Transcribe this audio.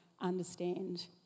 understand